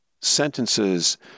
sentences